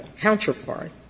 counterpart